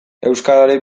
euskarari